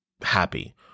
happy